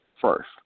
First